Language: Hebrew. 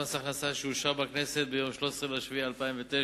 מס הכנסה שאושרה בכנסת ביום 13 ביולי 2009,